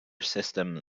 system